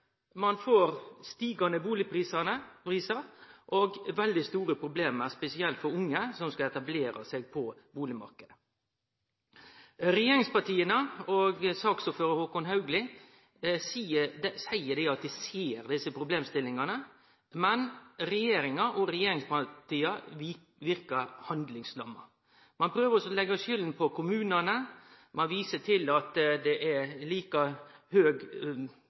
ein får stigande bustadprisar og veldig store problem, spesielt for unge som skal etablere seg på bustadmarknaden. Regjeringspartia og saksordførar Håkon Haugli seier at dei ser desse problemstillingane, men regjeringa og regjeringspartia verkar handlingslamma. Ein prøver å leggje skulda på kommunane, ein viser til at det er like høg